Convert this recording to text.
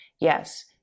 yes